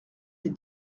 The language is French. des